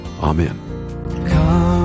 Amen